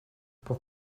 pour